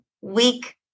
week